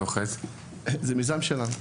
זה מיזם שלנו.